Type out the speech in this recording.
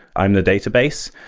i'm the database.